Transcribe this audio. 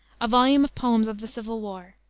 a volume of poems of the civil war.